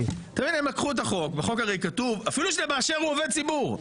בחוק הרי כתוב, אפילו שזה באשר הוא עובד ציבור.